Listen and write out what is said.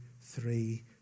three